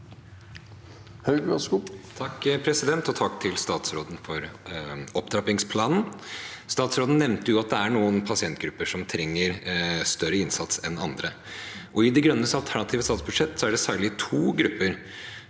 (MDG) Takk til statsråden for opptrappingsplanen. Statsråden nevnte jo at det er noen pasientgrupper som trenger større innsats enn andre. I Miljøpartiet De Grønnes alternative statsbudsjett er det særlig to grupper